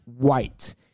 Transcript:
white